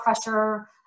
pressure